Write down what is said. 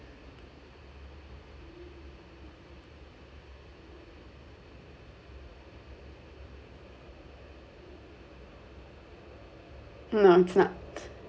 no no it's not